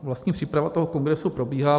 Vlastní příprava kongresu probíhá.